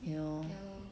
ya lor